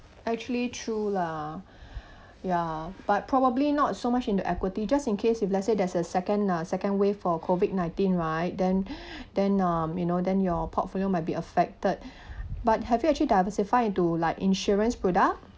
actually true lah ya but probably not so much in the equity just in case if let's say there's a second uh second wave for COVID nineteen right then then um you know then your portfolio might be affected but have you actually diversify into like insurance product